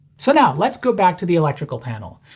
so now let's go back to the electrical panel.